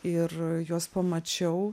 ir juos pamačiau